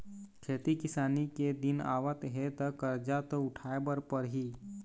खेती किसानी के दिन आवत हे त करजा तो उठाए बर परही